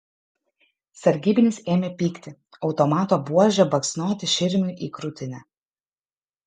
sargybinis ėmė pykti automato buože baksnoti širmiui į krūtinę